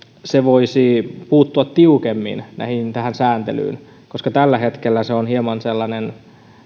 se voisi puuttua tiukemmin tähän sääntelyyn koska tällä hetkellä se on ikään kuin hieman sellainen